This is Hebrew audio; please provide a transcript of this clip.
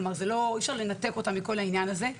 אי אפשר לנתק אותה מהדבר הזה.